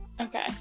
Okay